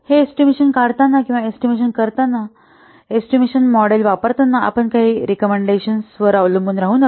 हे एस्टिमेशन काढताना किंवा एस्टिमेशन करताना काही एस्टिमिशन मॉडेल वापरताना आपण काही रिकॉमेंडेशन वर अवलंबून राहू नका